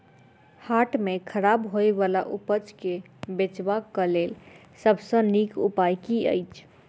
हाट मे खराब होय बला उपज केँ बेचबाक क लेल सबसँ नीक उपाय की अछि?